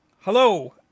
hello